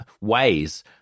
ways